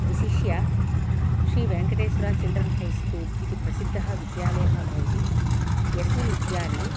विशिष्य Shri Venkateswara children high school इति प्रसिद्धः विद्यालयः भवति यस्मिन् विद्यालये